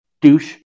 douche